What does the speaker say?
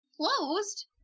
Closed